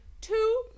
two